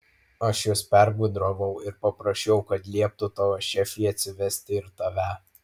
aš juos pergudravau ir paprašiau kad lieptų tavo šefei atsivesti ir tave